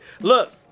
Look